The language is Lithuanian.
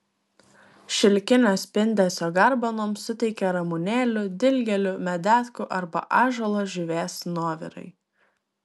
šilkinio spindesio garbanoms suteikia ramunėlių dilgėlių medetkų arba ąžuolo žievės nuovirai